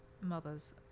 mothers